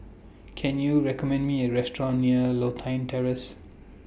Can YOU recommend Me A Restaurant near Lothian Terrace